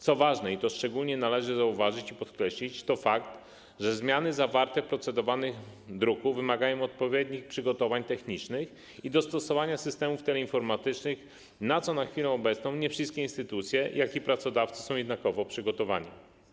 Co ważne, i to szczególnie należy zauważyć i podkreślić, to fakt, że zmiany zawarte w procedowanym druku wymagają odpowiednich przygotowań technicznych i dostosowania systemów teleinformatycznych, na co na chwilę obecną nie wszystkie instytucje, jak i pracodawcy są jednakowo przygotowani.